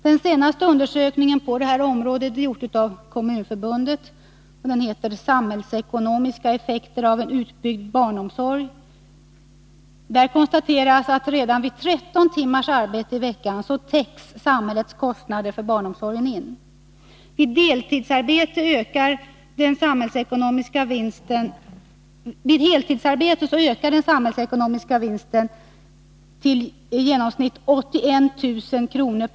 Den senaste undersökningen på det här området är gjord av Kommunförbundet, och den heter Samhällsekonomiska effekter av en utbyggd barnomsorg. I den konstateras att samhällets kostnader för barnomsorgen täcks redan vid 13 timmars arbete i veckan. Vid heltidsarbete ökar den samhällsekonomiska vinsten till i genomsnitt 81 000 kr.